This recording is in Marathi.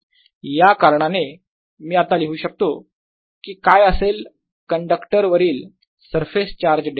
या कारणाने मी आता लिहू शकतो कि काय असेल कंडक्टर वरील सरफेस चार्ज डेन्सिटी